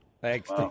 Thanks